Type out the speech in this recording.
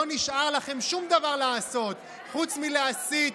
לא נשאר לכם שום דבר לעשות חוץ מלהסית,